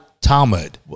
Talmud